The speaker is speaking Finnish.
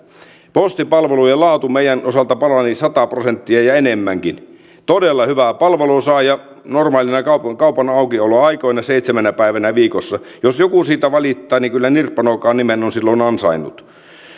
postipalvelujen laatu meidän osaltamme parani sata prosenttia ja enemmänkin todella hyvää palvelua saa ja normaaleina kaupan kaupan aukioloaikoina seitsemänä päivänä viikossa jos joku siitä valittaa niin kyllä nirppanokan nimen on silloin ansainnut